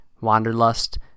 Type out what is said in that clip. wanderlust